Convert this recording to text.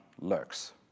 lurks